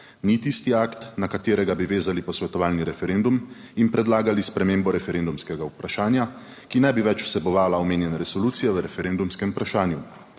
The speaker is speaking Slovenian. ni tisti akt, na katerega bi vezali posvetovalni referendum, in predlagali spremembo referendumskega vprašanja, ki ne bi več vsebovala omenjene resolucije o referendumskem vprašanju.